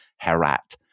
Herat